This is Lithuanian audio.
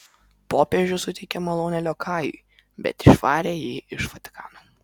popiežius suteikė malonę liokajui bet išvarė jį iš vatikano